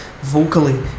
vocally